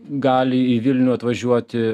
gali į vilnių atvažiuoti